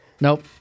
Nope